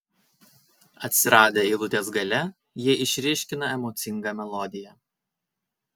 atsiradę eilutės gale jie išryškina emocingą melodiją